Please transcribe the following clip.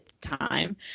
time